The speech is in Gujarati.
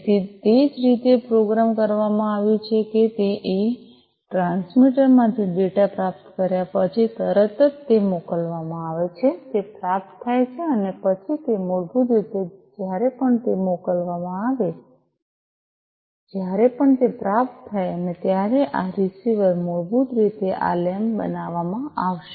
તેથી તે જે રીતે પ્રોગ્રામ કરવામાં આવ્યું છે તે એ છે કે ટ્રાન્સમીટર માંથી ડેટા પ્રાપ્ત કર્યા પછી તરત જ તે મોકલવામાં આવે છે તે પ્રાપ્ત થાય છે અને પછી તે મૂળભૂત રીતે જ્યારે પણ તે મોકલવામાં આવે છે જ્યારે પણ તે પ્રાપ્ત થાય છે ત્યારે આ રીસીવર મૂળભૂત રીતે આ લેમ્પ બનાવશે